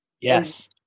Yes